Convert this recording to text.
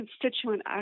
constituent